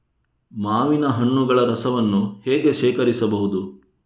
ಮಾವಿನ ಹಣ್ಣುಗಳ ರಸವನ್ನು ಹೇಗೆ ಶೇಖರಿಸಬಹುದು?